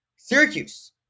Syracuse